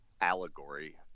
allegory